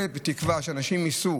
זה בתקווה שאנשים ייסעו